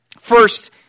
first